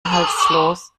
inhaltslos